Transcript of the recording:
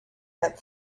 went